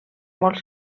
molt